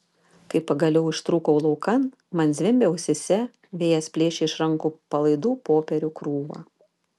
kai pagaliau ištrūkau laukan man zvimbė ausyse vėjas plėšė iš rankų palaidų popierių krūvą